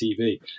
TV